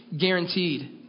guaranteed